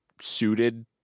suited